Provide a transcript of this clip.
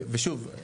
ושוב,